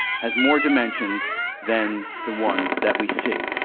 has more dimensions than the ones that we see.